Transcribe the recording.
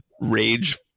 rage